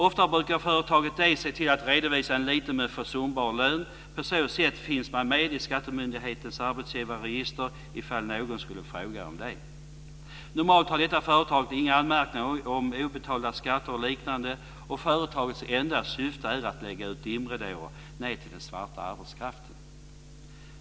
Ofta brukar företaget E se till att redovisa en liten men försumbar lön. På så sätt finns man med i skattemyndighetens arbetsgivarregister i fall någon skulle fråga om det. Normalt har detta företag inga anmärkningar om obetalda skatter och liknande. Företagets enda syfte är att lägga ut dimridåer ned till den svarta arbetskraften.